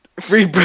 Free